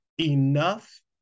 enough